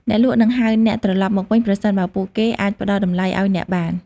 អ្នកលក់នឹងហៅអ្នកត្រឡប់មកវិញ ប្រសិនបើពួកគេអាចផ្តល់តម្លៃឱ្យអ្នកបាន។